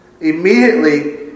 Immediately